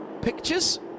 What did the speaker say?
pictures